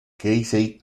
casey